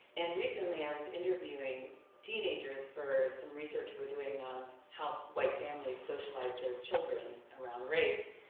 and recently i was interviewing teenagers for some research we're doing on how white families socialize their children around race,